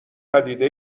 پدیده